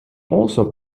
also